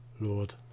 Lord